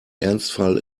ernstfall